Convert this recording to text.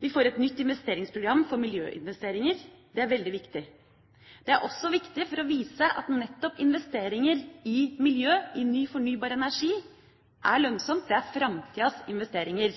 Vi får et nytt investeringsprogram for miljøinvesteringer. Det er veldig viktig. Det er også viktig for å vise at nettopp investeringer i miljø, i ny fornybar energi er lønnsomt. Det er framtidas investeringer.